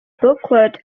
booklet